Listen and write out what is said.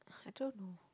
I don't know